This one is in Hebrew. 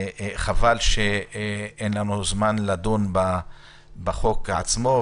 חבל שאין לנו זמן לדון בחוק עצמו,